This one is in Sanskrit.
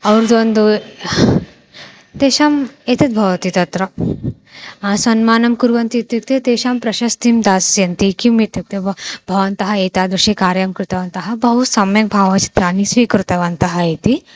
और्द् ओन्दु तेषाम् एतद् भवति तत्र सन्मानं कुर्वन्ति इत्युक्ते तेषां प्रशस्तिं दास्यन्ति किम् इत्युक्ते भवन्तः एतादृशं कार्यं कृतवन्तः बहु सम्यक् भावचित्राणि स्वीकृतवन्तः इति